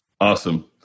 Awesome